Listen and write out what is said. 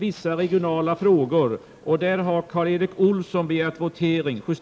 I detta ärende kommer det att